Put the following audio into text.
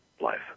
life